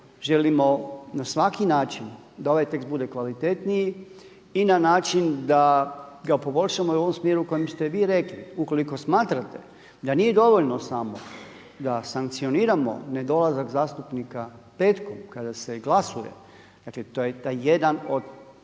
Želimo na svaki način da ovaj tekst bude kvalitetniji i na način da ga poboljšamo u ovom smjeru u kojem ste vi rekli. Ukoliko smatrate da nije dovoljno samo da sankcioniramo nedolazak zastupnika petkom kada se glasuje, dakle taj jedan od